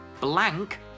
blank